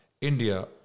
India